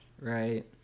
Right